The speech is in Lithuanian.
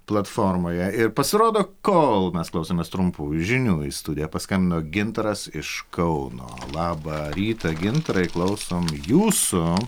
platformoje ir pasirodo kol mes klausėmės trumpų žinių į studiją paskambino gintaras iš kauno labą rytą gintarai klausom jūsų